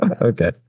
Okay